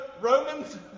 Romans